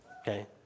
okay